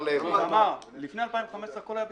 תמר, לפני 2015 הכול היה בסדר.